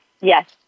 yes